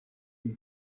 ont